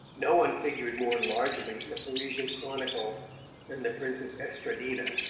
no one figured more largely in the parisian chronicle than the princess estradina,